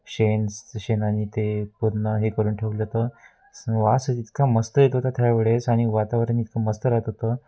शेन्स शेणाने ते पुर्ण हे करून ठेवलं तर वास इतका मस्त येत होता त्यावेळेस आणि वातावरण इतकं मस्त राहतं होतं